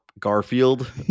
Garfield